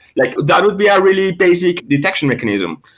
like that would be a really basic detection mechanism,